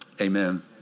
Amen